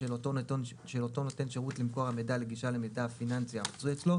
של אותו נותן שירות למקור המידע לגישה למידע פיננסי המצוי אצלו,